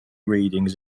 readings